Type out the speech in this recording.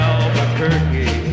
Albuquerque